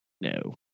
no